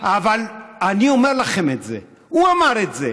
אבל אני אומר לכם את זה: הוא אמר את זה,